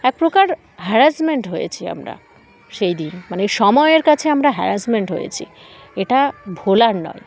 এক প্রকার হ্যারাসমেন্ট হয়েছি আমরা সেই দিন মানে সময়ের কাছে আমরা হ্যারাসমেন্ট হয়েছি এটা ভোলার নয়